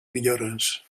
millores